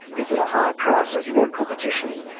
it's at a higher price. so if you want competition,